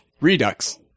Redux